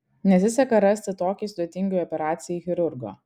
nesiseka rasti tokiai sudėtingai operacijai chirurgo